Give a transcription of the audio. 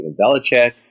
Belichick